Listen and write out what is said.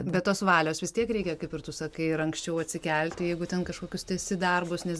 bet tos valios vis tiek reikia kaip ir tu sakai ir anksčiau atsikelti jeigu ten kažkokius tęsi darbus nes